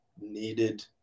needed